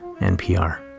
NPR